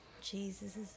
Jesus